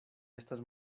estas